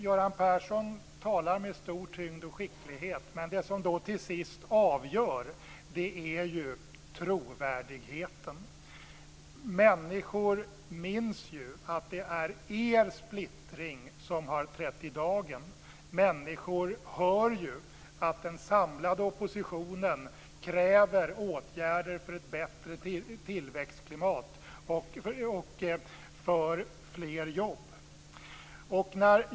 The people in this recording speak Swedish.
Göran Persson talar med stor tyngd och skicklighet, men det som till sist avgör är trovärdigheten. Människor minns ju att det är er splittring som har trätt i dagen. Människor hör ju att den samlade oppositionen kräver åtgärder för ett bättre tillväxtklimat och för fler jobb.